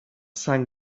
sant